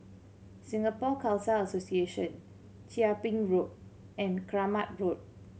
Singapore Khalsa Association Chia Ping Road and Kramat Road